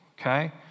okay